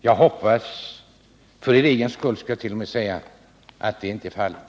Jag hoppas, för er egen skull skulle jag till och med vilja säga, att det inte är fallet.